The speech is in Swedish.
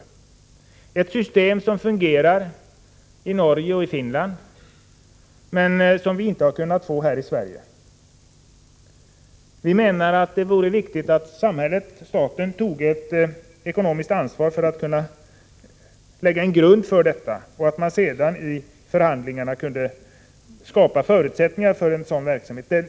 Det är ett system som fungerar i Norge och Finland men som vi inte har kunnat få här i Sverige. Vi menar att det vore viktigt att samhället och staten toge ett ekonomiskt ansvar för att lägga en grund för detta och senare i förhandlingar skapa förutsättningar för en sådan verksamhet.